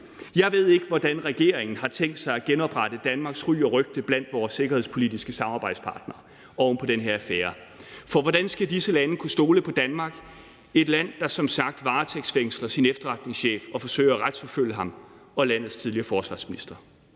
Jeg ved ikke, hvordan regeringen har tænkt sig at genoprette Danmarks ry og rygte blandt vores sikkerhedspolitiske samarbejdspartnere oven på den her affære. For hvordan skal disse lande kunne stole på Danmark – et land, der som sagt varetægtsfængsler sin efterretningschef og forsøger at retsforfølge ham og landets tidligere forsvarsminister?